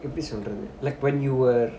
எப்படிசொல்லறது:eppadi sollaradhu like when you were